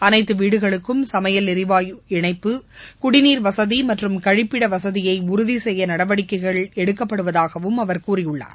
அனைத்து வீடுகளுக்கும் சமையல் எரிவாயு இணைப்பு குடிநீர் வசதி மற்றும் கழிப்பிட வசதியை உறுதி செய்ய நடவடிக்கைகள் எடுக்கப்படுவதாகவும் அவர் கூறியுள்ளார்